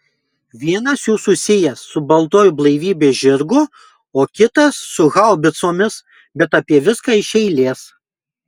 vienas jų susijęs su baltuoju blaivybės žirgu o kitas su haubicomis bet apie viską iš eilės